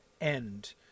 end